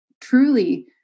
truly